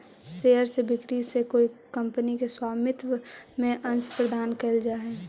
share के बिक्री से कोई कंपनी के स्वामित्व में अंश प्रदान कैल जा हइ